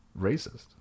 racist